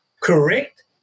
Correct